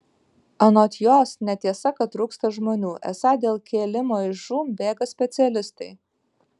anot jos netiesa kad trūksta žmonių esą dėl kėlimo iš žūm bėga specialistai